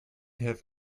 have